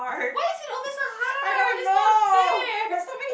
why is it always so hard it's not fair